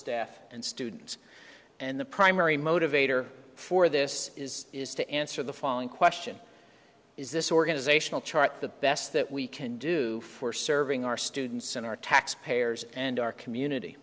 staff and students and the primary motivator for this is is to answer the following question is this organizational chart the best that we can do for serving our students in our tax payers and our community